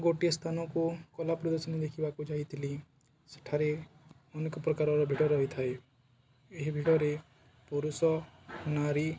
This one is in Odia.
ଗୋଟିଏ ସ୍ଥାନକୁ କଳା ପ୍ରଦର୍ଶନୀ ଦେଖିବାକୁ ଯାଇଥିଲି ସେଠାରେ ଅନେକ ପ୍ରକାରର ଭିଡ଼ ରହିଥାଏ ଏହି ଭିଡ଼ରେ ପୁରୁଷ ନାରୀ